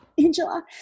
Angela